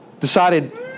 decided